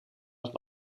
het